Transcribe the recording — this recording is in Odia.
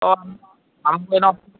ତ ଆମ